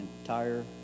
entire